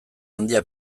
handia